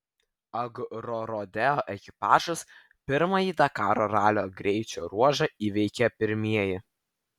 agrorodeo ekipažas pirmąjį dakaro ralio greičio ruožą įveikė pirmieji